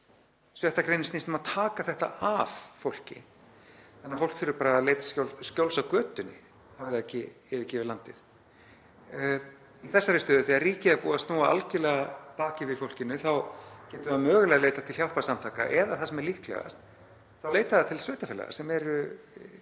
6. gr. snýst um að taka þetta af fólki þannig að fólk þurfi að leita skjóls á götunni, hafi það ekki yfirgefið landið. Í þessari stöðu, þegar ríkið er algjörlega búið að snúa baki við fólki, þá getur það mögulega leitað til hjálparsamtaka eða það sem er líklegast, þá leitar það til sveitarfélaga sem eru